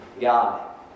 God